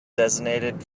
designated